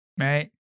Right